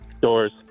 Doors